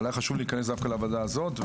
אבל היה לי חשוב להיכנס דווקא לוועדה הזו.